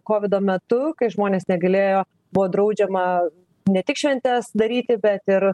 kovido metu kai žmonės negalėjo buvo draudžiama ne tik šventes daryti bet ir